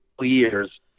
years